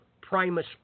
Primus